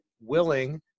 willing